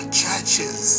churches